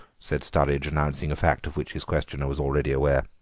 said sturridge, announcing a fact of which his questioner was already aware.